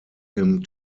him